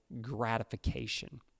gratification